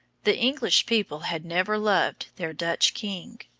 the english people had never loved their dutch king,